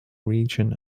region